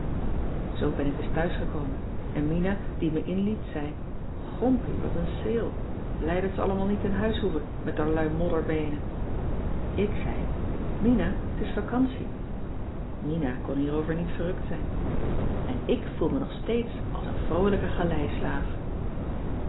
zoo ben ik dus thuisgekomen en mina die me inliet zei gompie wat een ceel blij dat ze allemaal niet in huis hoeve met d'rlui modderbeene ik zei mina t is vacantie mina kon hierover niet verrukt zijn en ik voel me nog steeds als een vroolijke